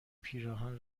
پیراهن